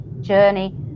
journey